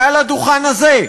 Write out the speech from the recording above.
מעל הדוכן הזה,